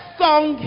song